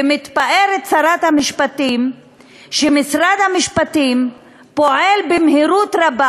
ומתפארת שרת המשפטים שמשרד המשפטים פועל במהירות רבה